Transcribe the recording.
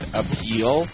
appeal